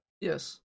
Yes